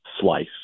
slice